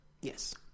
yes